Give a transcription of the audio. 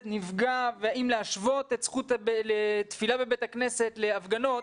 נפגע והאם להשוות את זכות תפילה בבית הכנסת להפגנות.